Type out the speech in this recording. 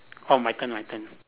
orh my turn my turn